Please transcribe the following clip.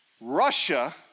Russia